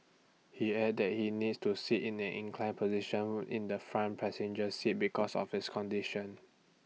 he added that he needs to sit in an inclined position in the front passenger seat because of his condition